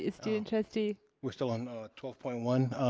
ah student trustee. we're still on twelve point one.